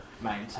maintain